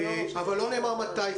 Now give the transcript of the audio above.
שנלמד.